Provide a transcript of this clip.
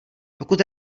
pokud